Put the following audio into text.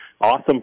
awesome